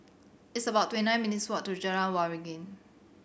it's about twenty nine minutes' walk to Jalan Waringin